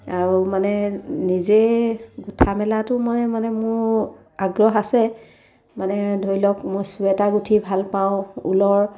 আৰু মানে নিজে গোঁঠা মেলাতো মানে মানে মোৰ আগ্ৰহ আছে মানে ধৰি লওক মই চুৱেটাৰ গোঁঠি ভালপাওঁ ঊলৰ